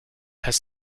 has